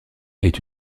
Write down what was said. est